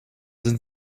sind